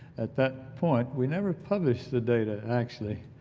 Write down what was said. at that point we never published the data actually